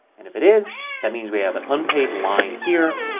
and if it is that means we have an unpaid line here.